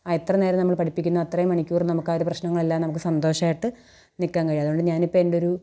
ആ എത്ര നേരം നമ്മൾ പഠിപ്പിക്കുന്നുവോ അത്രയും മണിക്കൂർ നമുക്കാ ഒരു പ്രശ്നങ്ങൾ എല്ലാം നമുക്ക് സന്തോഷമായിട്ട് നിൽക്കാൻ കഴിയും അതുകൊണ്ട് ഞാനിപ്പോൾ എൻ്റെയൊരു